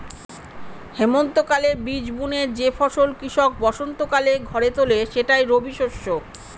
হেমন্তকালে বীজ বুনে যে ফসল কৃষক বসন্তকালে ঘরে তোলে সেটাই রবিশস্য